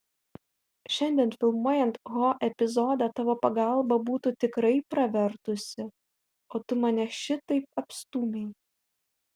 šiandien filmuojant ho epizodą tavo pagalba būtų tikrai pravertusi o tu mane šitaip apstūmei